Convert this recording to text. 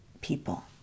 people